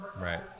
Right